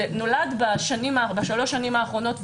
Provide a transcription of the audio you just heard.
זה נולד בשלוש השנים האחרונות,